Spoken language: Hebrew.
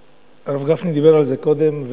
הרב גפני דיבר על זה קודם,